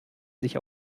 sich